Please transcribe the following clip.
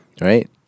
Right